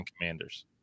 Commanders